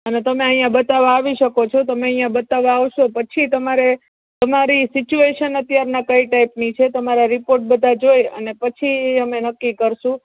અને તમે અહિયાં બતાવવા આવી શકો છો તમે અહિયાં બતાવવા આવશો પછી તમારે તમારી સિચ્યુએશન અત્યારના કઈ ટાઈપની છે તમારા રિપોર્ટ બધાં જોયા અને પછી અમે નક્કી કરશું